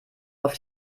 auf